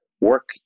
work